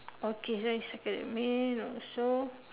okay so you circle that me also